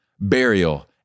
burial